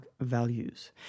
values